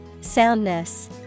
Soundness